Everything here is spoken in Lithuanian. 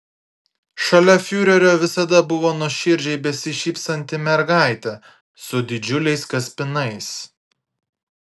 šalia fiurerio visada buvo nuoširdžiai besišypsanti mergaitė su didžiuliais kaspinais